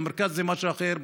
במרכז זה משהו אחר,